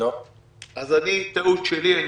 טעות שלי.